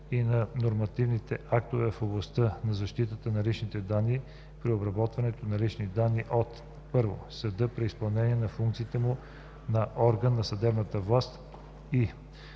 и на нормативните актове в областта на защитата на личните данни при обработване на лични данни от: 1. съдa при изпълнение на функциите му на орган на съдебната власт и